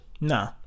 Nah